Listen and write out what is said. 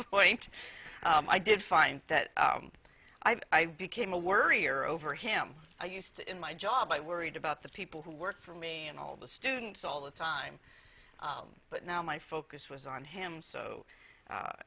point i did find that i became a worrier over him i used to in my job i worried about the people who work for me and all the students all the time but now my focus was on him so